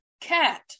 cat